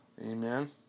Amen